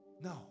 No